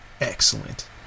excellent